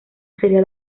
sería